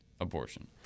abortion